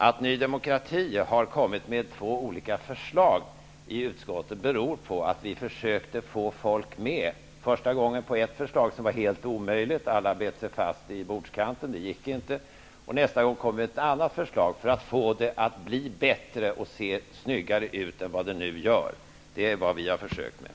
Att Ny demokrati har kommit med två olika förslag i utskottet beror på att vi första gången försökte få folk med på ett förslag som visade sig vara helt omöjligt. Alla bet sig fast vid bordskanten, och det gick inte. Nästa gång kom vi med ett annat förslag för att få det att bli bättre och se snyggare ut än vad det nu gör. Det är vad vi har försökt göra.